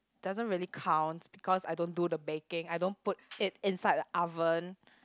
doesn't really counts because I don't do the baking I don't put it inside the oven